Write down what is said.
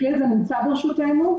הכלי הזה נמצא ברשותנו,